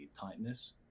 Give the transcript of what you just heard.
tightness